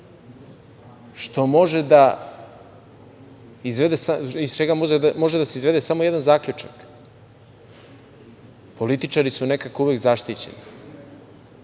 čega može da se izvede samo jedan zaključak - političari su nekako uvek zaštićeni. Ova